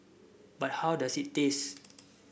but how does it taste